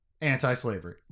anti-slavery